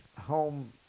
home